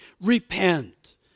repent